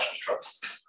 Trust